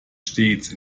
stets